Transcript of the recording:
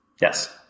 Yes